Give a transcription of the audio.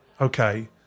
Okay